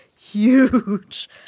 huge